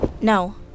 No